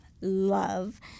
love